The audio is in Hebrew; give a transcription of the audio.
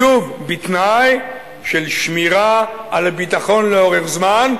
בתנאי של שמירה על ביטחון לאורך זמן.